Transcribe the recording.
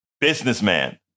businessman